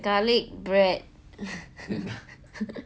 garlic bread